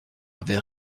avait